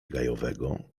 gajowego